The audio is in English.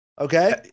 Okay